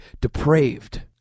depraved